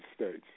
states